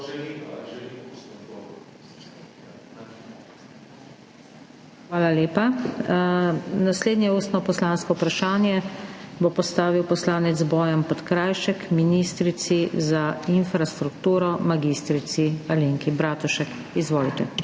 Hvala lepa. Naslednje ustno poslansko vprašanje bo postavil poslanec Bojan Podkrajšek ministrici za infrastrukturo mag. Alenki Bratušek. Izvolite.